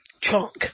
chunk